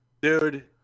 Dude